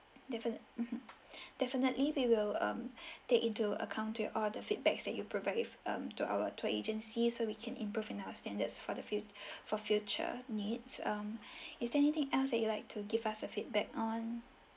definite definitely we will um take into account to all the feedback that you provide with um to our tour agency so we can improve our standards for the future for future needs um is there anything else that you'd like to give us a feedback on